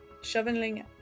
Shoveling